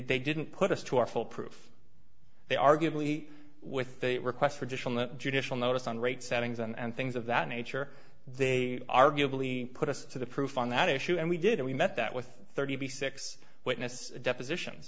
they didn't put us to our full proof they arguably with the requests for additional a judicial notice on rate settings and things of that nature they arguably put us to the proof on that issue and we did it we met that with thirty six witnesses deposition